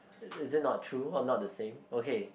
is it not true or not the same okay